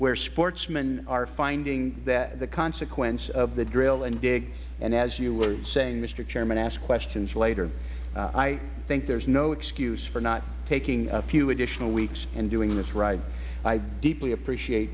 where sportsmen are finding that the consequence of the drill and dig and as you were saying mister chairman ask questions later i think there is no excuse for not taking a few additional weeks and doing this right i deeply appreciate